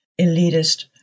elitist